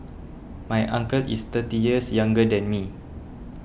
my uncle is thirty years younger than me